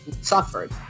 suffered